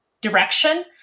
direction